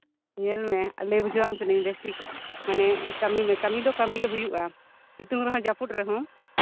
ᱧᱮᱞ ᱢᱮ ᱟᱨ ᱞᱟᱹᱭ ᱵᱩᱡᱷᱟᱹᱣᱟᱢ ᱠᱟᱱᱟᱹᱧ ᱵᱮᱥ ᱴᱷᱤᱠ ᱢᱟᱱᱮ ᱠᱟᱹᱢᱤ ᱢᱮ ᱠᱟᱹᱢᱤ ᱫᱚ ᱠᱟᱹᱢᱤ ᱜᱮ ᱦᱩᱭᱩᱜᱼᱟ ᱥᱤᱛᱩᱝ ᱨᱮᱦᱚᱸ ᱡᱟᱹᱯᱩᱫ ᱨᱮᱦᱚᱸ